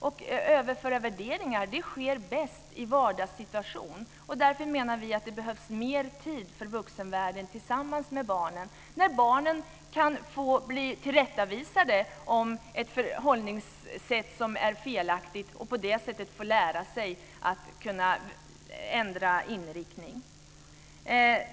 Att överföra värderingar sker bäst i en vardagssituation, därför menar vi att det behövs mer tid för vuxna tillsammans med barnen, så att barnen kan bli tillrättavisade om ett förhållningssätt som är felaktigt och på det sättet få lära sig att ändra inriktning.